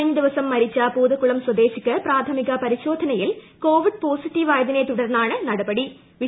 കഴിഞ്ഞദിവസം മരിച്ച പൂതക്കുളം സ്വദേശിക്ക് പ്രാഥമിക പരിശോധനയിൽ കൊവിഡ് പോസിറ്റീവായതിനെ തുടർന്നാണിത്